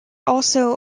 also